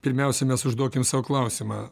pirmiausia mes užduokim sau klausimą